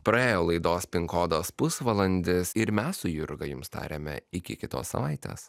praėjo laidos pin kodas pusvalandis ir mes su jurga jums tariame iki kitos savaitės